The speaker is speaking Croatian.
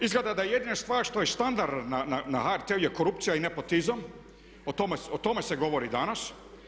Izgleda da je jedina stvar što je standard na HRT-u je korupcija i nepotizam, o tome se govori danas.